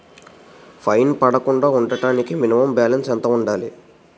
Fine పడకుండా ఉండటానికి minimum balance ఎంత ఉండాలి?